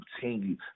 continue